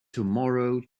tomorrow